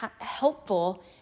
helpful